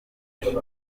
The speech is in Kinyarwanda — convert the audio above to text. benshi